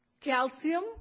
calcium